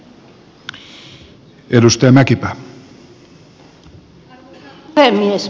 arvoisa puhemies